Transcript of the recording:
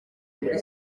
muri